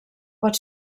pot